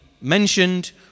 mentioned